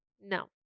No